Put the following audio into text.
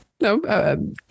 No